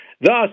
Thus